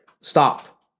stop